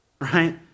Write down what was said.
right